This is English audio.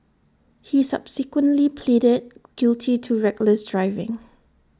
he subsequently pleaded guilty to reckless driving